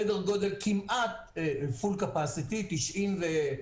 סדר-גודל תפוסה מלאה,